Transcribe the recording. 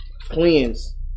Cleanse